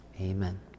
amen